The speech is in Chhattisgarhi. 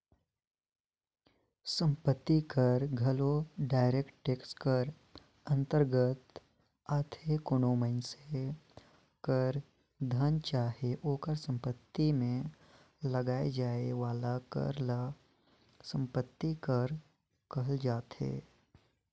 संपत्ति कर घलो डायरेक्ट टेक्स कर अंतरगत आथे कोनो मइनसे कर धन चाहे ओकर सम्पति में लगाए जाए वाला कर ल सम्पति कर कहल जाथे